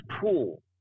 pool